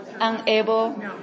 unable